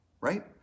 right